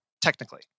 technically